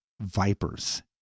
vipers